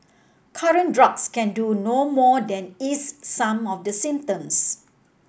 current drugs can do no more than ease some of the symptoms